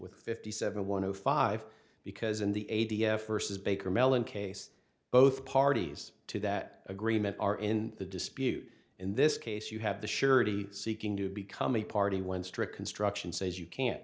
with fifty seven one hundred five because in the a t f vs baker mellon case both parties to that agreement are in the dispute in this case you have the surety seeking to become a party when strict construction says you can't